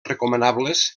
recomanables